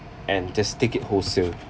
and just take it wholesale